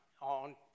on